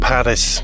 Paris